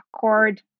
cord